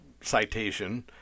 citation